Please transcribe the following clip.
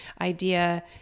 idea